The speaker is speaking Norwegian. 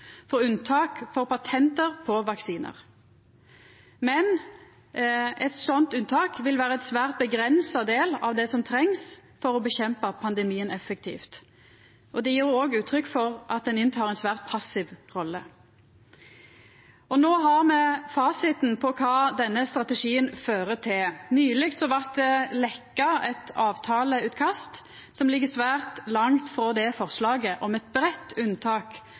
for unntak for patent på vaksinar, men eit slikt unntak vil vera ein svært avgrensa del av det som trengst for å kjempa effektivt mot pandemien. Det gjev òg uttrykk for at ein tek ei svært passiv rolle. No har me fasiten på kva denne strategien fører til. Nyleg blei det leke eit avtaleutkast som ligg svært langt frå det forslaget om eit breitt unntak